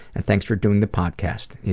and thanks for doing the podcast.